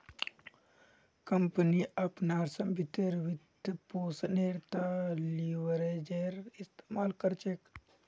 company अपनार संपत्तिर वित्तपोषनेर त न लीवरेजेर इस्तमाल कर छेक